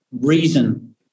reason